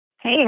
Hey